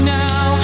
now